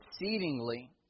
exceedingly